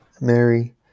Mary